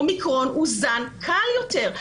אומיקרון הוא זן קל יותר.